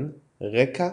- רקע